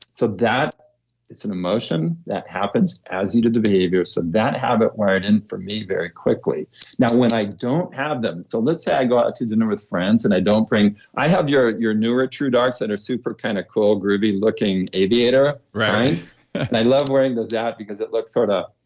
so that is an emotion that happens as you did the behaviors. and that habit wired and for me very quickly now, when i don't have them, so let's say i go out to dinner with friends and i don't bring. i have your your newer true darts that are super kind of cool, groovy looking aviator. and i love wearing those out because it looks sort ah